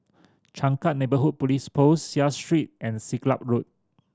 Changkat Neighbourhood Police Post Seah Street and Siglap Road